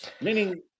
Meaning